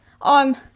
on